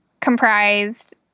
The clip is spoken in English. comprised